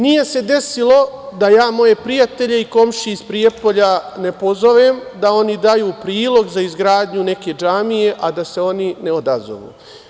Nije se desilo da ja moje prijatelje i komšije iz Prijepolja ne pozovem da oni daju prilog za izgradnju neke džamije, a da se oni ne odazovu.